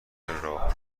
راه